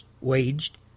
waged